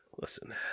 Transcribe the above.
listen